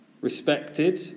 respected